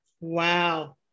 Wow